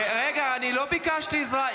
--- רגע, אני לא ביקשתי עזרה.